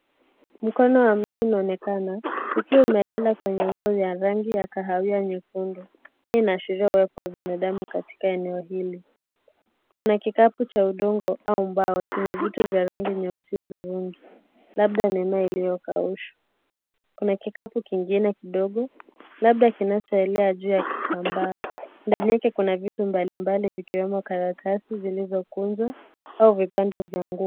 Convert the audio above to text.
Mkono wa mtu unaonekana ukiwa umelala ya rangi ya kahawia nyekundu inayoashiria uwepo wa watu katika eneo hilo kuna kikapu cha undogo au mbao chenye vitu vya rangi nyeusi hudhurungi labda ni hema iliyokaushwa kuna kikapu kingine kidogo labda kinachoelea juu ya kitambaa , ndani yale kuna vitu mbalimbali vikiwemo karatasi vilivyokunjwa au vipande vya nguo.